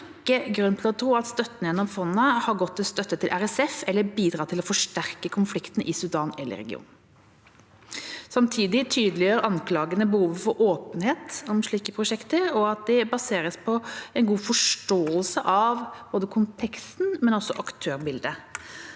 grunn til å tro at støtten gjennom fondet har gått til å støtte RSF eller bidratt til å forsterke konfliktene i Sudan eller regionen. Samtidig tydeliggjør anklagene behovet for åpenhet om slike prosjekter og at de baseres på en god forståelse av både konteksten og aktørbildet.